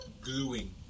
gluing